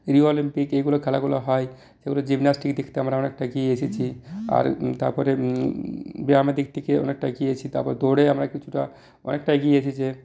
Rio Olympic এইগুলো খেলাগুলো হয় যেগুলো জিমন্যাস্টিক দেখতে আমরা অনেকটা এগিয়ে এসেছি আর তারপরে ব্যায়ামের দিক থেকে অনেকটা এগিয়েছি তারপর দৌড়ে আমরা কিছুটা অনেকটা এগিয়ে এসেছে